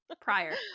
Prior